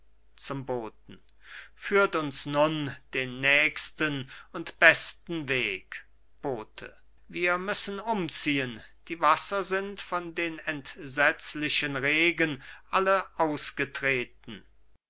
führt uns nun den nächsten und besten weg bote wir müssen umziehen die wasser sind von den entsetzlichen regen alle ausgetreten